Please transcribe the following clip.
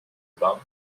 bains